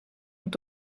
und